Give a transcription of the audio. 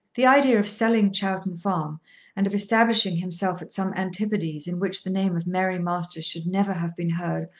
the idea of selling chowton farm and of establishing himself at some antipodes in which the name of mary masters should never have been heard,